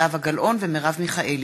זהבה גלאון ומרב מיכאלי,